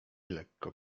lekko